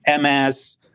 MS